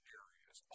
areas